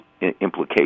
implications